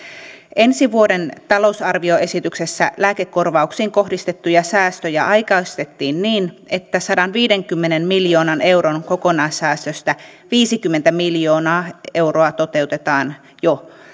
ensi vuoden talousarvioesityksessä lääkekorvauksiin kohdistettuja säästöjä aikaistettiin niin että sadanviidenkymmenen miljoonan euron kokonaissäästöstä viisikymmentä miljoonaa euroa toteutetaan jo